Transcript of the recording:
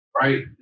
right